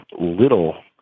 little